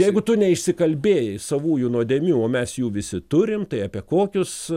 jeigu tu neišsikalbėjai savųjų nuodėmių o mes jų visi turim tai apie kokius